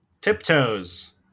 Tiptoes